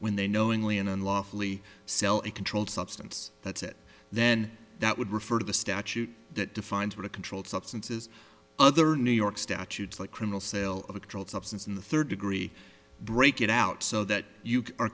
when they knowingly and unlawfully sell a controlled substance that's it then that would refer to the statute that defines what a controlled substances other new york statutes like criminal sale of a controlled substance in the third degree break it out so that you are